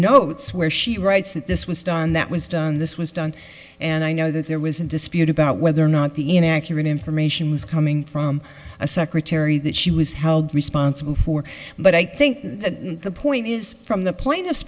notes where she writes that this was done that was done this was done and i know that there was a dispute about whether or not the inaccurate in from ation was coming from a secretary that she was held responsible for but i think the point is from the p